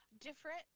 different